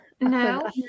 No